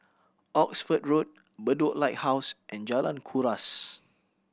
Oxford Road Bedok Lighthouse and Jalan Kuras